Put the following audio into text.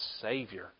Savior